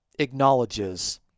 acknowledges